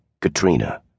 Katrina